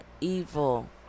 evil